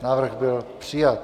Návrh byl přijat.